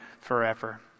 forever